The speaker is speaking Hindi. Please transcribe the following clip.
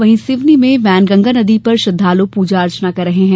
वहीं सिवनी में बैनगंगा नदी पर श्रद्धाल् पूजा अर्चना कर रहे हैं